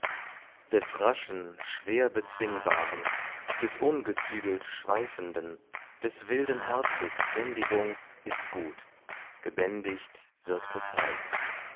des raschen schwer bezwingbaren des ungezügelt schweifenden des wilden herzens bändigung ist gut gebändigt wirkt es heil